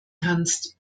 kannst